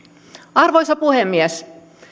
arvoisa puhemies